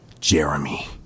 Jeremy